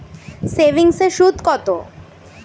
সেভিংসে সুদ কত?